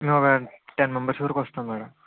ఒక ten members వరకు వస్తాం మ్యాడం